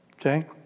Okay